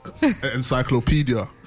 Encyclopedia